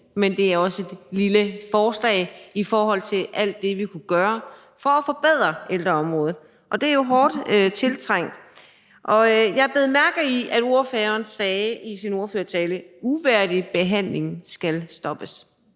men det er også et lille forslag i forhold til alt det, vi kunne gøre for at forbedre ældreområdet. Og det er jo hårdt tiltrængt. Jeg bed mærke i, at ordføreren i sin ordførertale sagde: Uværdig behandling skal stoppes.